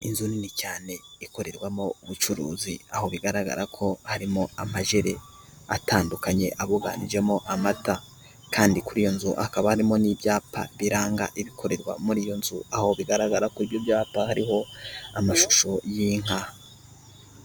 Inzu nini cyane ikorerwamo ubucuruzi aho bigaragara ko harimo amajere atandukanye abuganijemo amata, kandi kuri iyo nzu hakaba harimo n'ibyapa biranga ibikorerwa muri iyo nzu aho bigaragara kurya ibyapa hariho amashusho y'inka